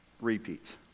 Repeat